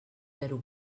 zero